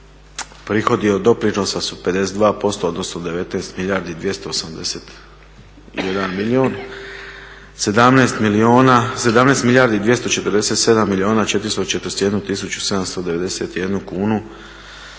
prihodi od doprinosa su 52% odnosno 19 milijardi i 281 milijun. 17 milijardi i 247 milijuna 441 tisuću 791 kunu